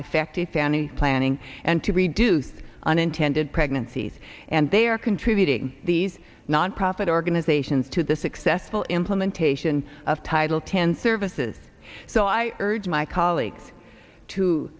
effective family planning and to reduce unintended pregnancies and they are contributing these nonprofit organizations to the successful implementation of title ten services so i urge my colleagues to